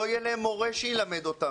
לא יהיה להם מורה שילמד אותם.